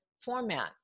format